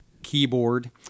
keyboard